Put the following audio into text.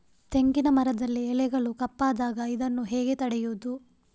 ತೆಂಗಿನ ಮರದಲ್ಲಿ ಎಲೆಗಳು ಕಪ್ಪಾದಾಗ ಇದನ್ನು ಹೇಗೆ ತಡೆಯುವುದು?